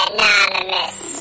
Anonymous